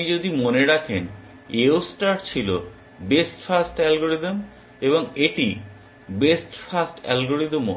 আপনি যদি মনে রাখেন AO ষ্টার ছিল বেস্ট ফার্স্ট অ্যালগরিদম এবং এটি বেস্ট ফার্স্ট অ্যালগরিদমও